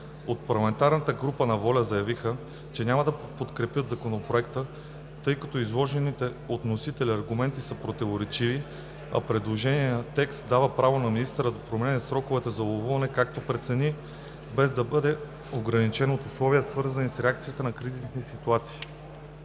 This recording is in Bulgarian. От парламентарната група на „Воля“ заявиха, че няма да подкрепят Законопроекта, тъй като изложените от вносителите аргументи са противоречиви, а предложеният текст дава право на министъра да променя сроковете за ловуване както прецени, без да бъде ограничен от условия, свързани с реакция на кризисни ситуации.